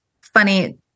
funny